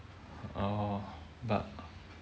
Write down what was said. oh but